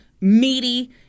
meaty